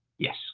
yes